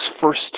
first